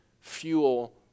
fuel